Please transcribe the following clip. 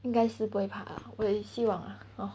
应该是不会怕我也希望 lah